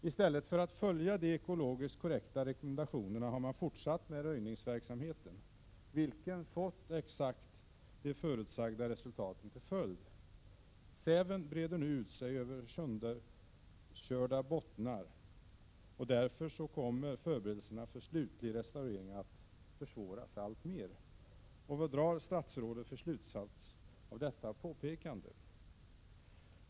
I stället för att följa de ekologiskt korrekta rekommendationerna har man fortsatt med röjningsverksamheten, vilken fått exakt de förutsagda resultaten till följd. Säven breder nu ut sig över sönderkörda bottnar. Därmed kommer förberedelserna för slutlig restaurering att alltmer försvåras. Vad drar statsrådet för slutsats av detta påpekande?